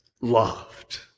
loved